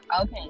Okay